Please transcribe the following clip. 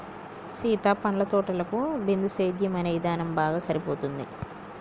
సీత పండ్ల తోటలకు బిందుసేద్యం అనే ఇధానం బాగా సరిపోతుంది